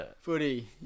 Footy